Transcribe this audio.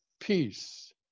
peace